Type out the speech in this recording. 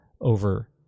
over